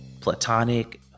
platonic